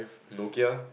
Nokia